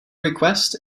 request